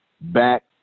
back